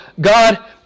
God